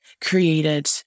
created